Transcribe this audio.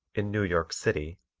in new york city,